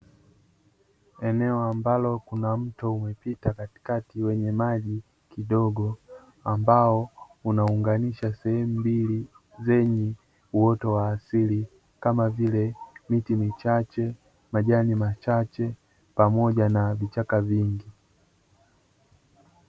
Eneo ambalo kuna mto umepita katikati wenye maji kidogo, ambao unaunganisha sehemu mbili zenye uoto wa asili, kama vile: miti michache, majani machache, pamoja na vichaka vingi.